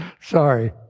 Sorry